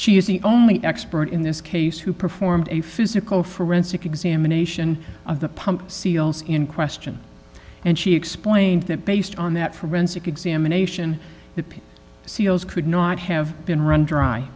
she is the only expert in this case who performed a physical forensic examination of the pump seals in question and she explained that based on that forensic examination the seals could not have been run dry